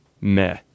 meh